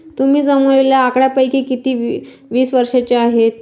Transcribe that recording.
तुम्ही जमवलेल्या आकड्यांपैकी किती वीस वर्षांचे आहेत?